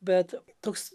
bet toks